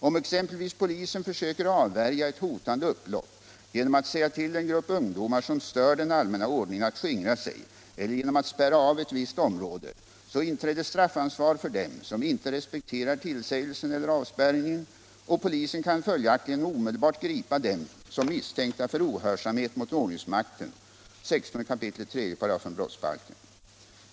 Om exempelvis polisen försöker avvärja ett hotande upplopp genom att säga till en grupp ungdomar som stör den allmänna ordningen att skingra sig eller genom att spärra av ett visst område, så inträder straffansvar för dem som inte respekterar tillsägelsen eller avspärrningen, och polisen kan följaktligen omedelbart gripa dem som misstänkta för ohörsamhet mot ordningsmakten .